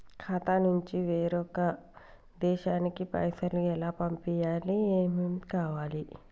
ఖాతా నుంచి వేరొక దేశానికి పైసలు ఎలా పంపియ్యాలి? ఏమేం కావాలి?